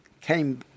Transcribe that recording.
came